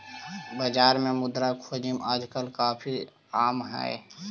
बाजार में मुद्रा जोखिम आजकल काफी आम हई